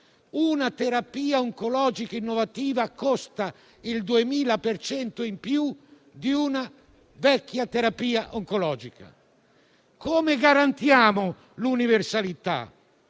Una terapia oncologica innovativa costa il 2.000 per cento in più di una vecchia terapia oncologica. Come garantiamo l'universalità?